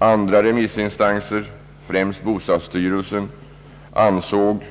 Andra remissinstanser, främst byggnadsstyrelsen, ansåg